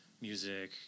music